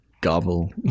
gobble